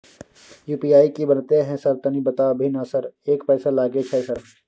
UPI की बनते है सर तनी बता भी ना सर एक पैसा लागे छै सर?